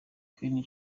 queen